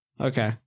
Okay